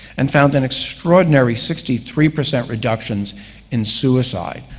and found an extraordinary sixty three percent reductions in suicide,